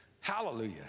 Hallelujah